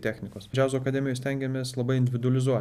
technikos džiazo akademijoj stengiamės labai individualizuot